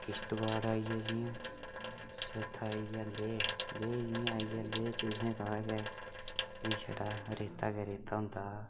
किश्तवाड़ आई गेआ जि'यां चौथा आई गेआ लेह् लेह् जियां आई गेआ लेह् च तुसेंगी पता गै छड़ा रेता गै रेता होंदा